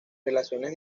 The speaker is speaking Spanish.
relaciones